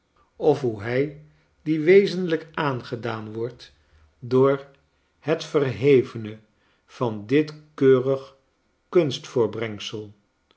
of hoe hij die wezenlijk aangedaan wordt door het verhevene van dit keurig kunstvoortbrengsel